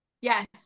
Yes